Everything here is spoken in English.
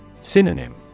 Synonym